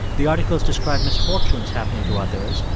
the articles described misfortunes happening to others,